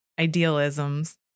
idealisms